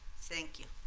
thank you